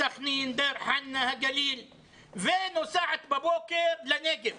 סח'נין, דיר חנא הגליל, ונוסעת בבוקר לנגב